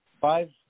five